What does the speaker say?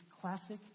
classic